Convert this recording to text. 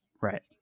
Right